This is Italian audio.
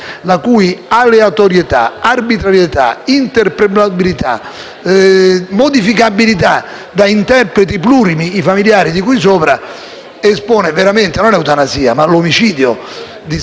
modificabilità da interpreti plurimi, i familiari di cui sopra, espongono veramente non all'eutanasia ma all'omicidio di Stato. L'emendamento in esame è un'occasione per correggere un errore palese.